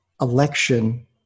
election